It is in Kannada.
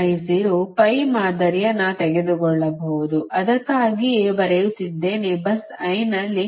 ಆದ್ದರಿಂದ ಪೈ ಮಾದರಿಯನ್ನು ತೆಗೆದುಕೊಳ್ಳಬಹುದು ಅದಕ್ಕಾಗಿಯೇ ಬರೆಯುತ್ತಿದ್ದೇನೆ bus i ನಲ್ಲಿ